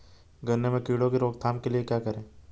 गन्ने में कीड़ों की रोक थाम के लिये क्या करें?